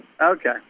Okay